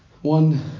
One